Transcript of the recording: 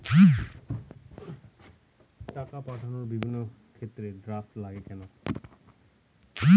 টাকা পাঠানোর বিভিন্ন ক্ষেত্রে ড্রাফট লাগে কেন?